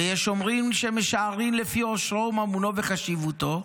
ויש אומרים שמשערים לפי עושרו וממונו וחשיבותו,